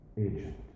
agent